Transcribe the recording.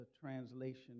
translation